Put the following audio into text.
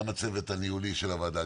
גם הצוות הניהולי של הוועדה,